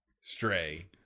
Stray